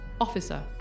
Officer